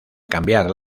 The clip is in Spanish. cambiar